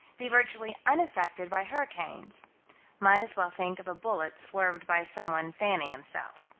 be virtually unaffected by hurricanes might as well think of a bullet swerved by someone fanning himself.